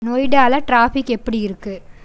நொய்டாவில traffic எப்படி இருக்கு